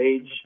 age